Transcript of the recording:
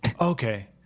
Okay